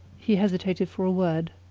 he hesitated for a word.